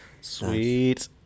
sweet